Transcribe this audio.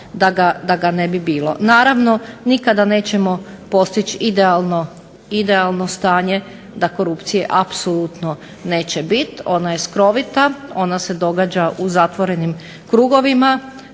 da ga ne bi bilo. Naravno, nikada nećemo postići idealno stanje da korupcije apsolutno neće biti, ona je skrovita, ona se događa u zatvorenim krugovima,